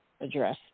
address